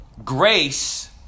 grace